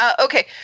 Okay